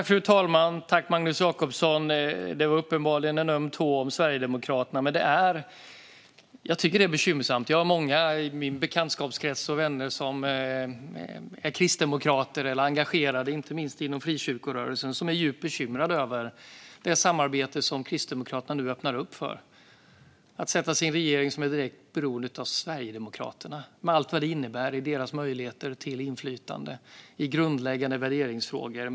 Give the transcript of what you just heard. Fru talman! Tack, Magnus Jacobsson! Sverigedemokraterna var uppenbarligen en öm tå. Men jag tycker att det är bekymmersamt. Jag har många i min bekantskapskrets och vänner som är kristdemokrater eller engagerade inom inte minst frikyrkorörelsen. De är djupt bekymrade över det samarbete som Kristdemokraterna nu öppnar upp för genom att vilja sätta sig i en regering som är direkt beroende av Sverigedemokraterna med allt vad det innebär för deras möjligheter till inflytande i grundläggande värderingsfrågor.